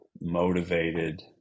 motivated